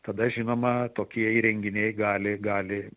tada žinoma tokie įrenginiai gali gali